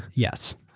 yes.